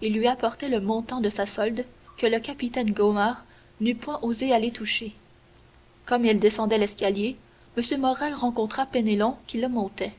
il lui apportait le montant de sa solde que le capitaine gaumard n'eût point osé aller toucher comme il descendait l'escalier m morrel rencontra penelon qui le montait